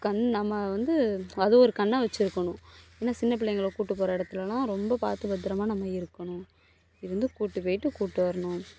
கண் நம்ம வந்து அது ஒரு கண்ணா வச்சுருக்கணும் ஏன்னா சின்னப்பிள்ளைங்களை கூப்பிட்டு போகற இடத்துலலாம் ரொம்ப பார்த்து பத்தரமாக நம்ம இருக்கணும் இருந்து கூப்பிட்டு போயிட்டு கூப்பிட்டு வரணும்